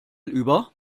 über